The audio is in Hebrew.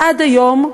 עד היום,